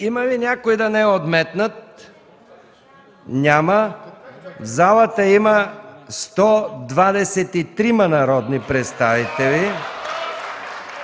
Има ли някой да не е отметнат? Няма. В залата има 123 народни представители.